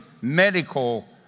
medical